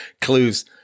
clues